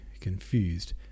confused